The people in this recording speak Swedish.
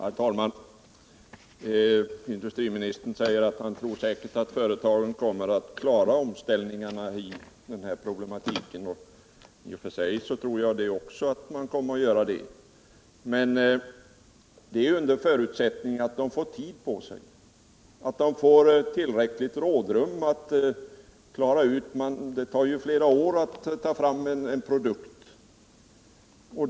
Herr talman! Industriministern tror att företagen kommer att klara omställningarna. I och för sig tror jag också det, men det är under förutsättning att de får tid på sig — att de får tillräckligt rådrum. Det tar ju flera år att ta fram en ny produkt.